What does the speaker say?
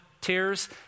tears